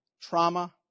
trauma